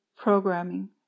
programming